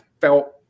felt